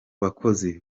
bakozi